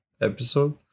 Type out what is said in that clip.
episode